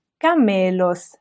camelos